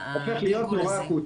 --- להיות נורא אקוטי.